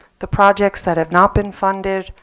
the projects that have not been funded,